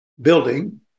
building